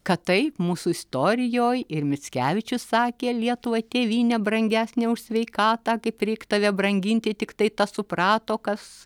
kad taip mūsų istorijoj ir mickevičius sakė lietuvai tėvyne brangesne už sveikatą kaip reik tave branginti tiktai tas suprato kas